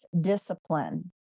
discipline